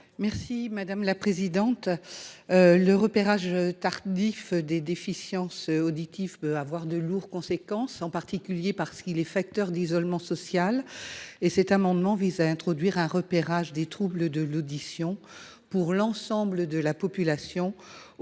n° 379 rectifié. Le repérage tardif des déficiences auditives peut avoir de lourdes conséquences, en particulier parce qu’il est facteur d’isolement social. Cet amendement vise à introduire un repérage des troubles de l’audition pour l’ensemble de la population